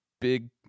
Big